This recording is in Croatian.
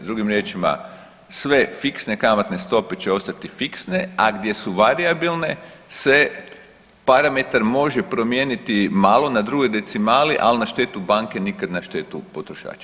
Drugim riječima, sve fiksne kamatne stope će ostati iste, a gdje su varijabilne se parametar može promijeniti malo na drugoj decimali, ali na štetu banke nikad na štetu potrošača.